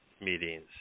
meetings